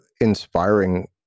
inspiring